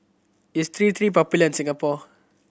is T Three popular in Singapore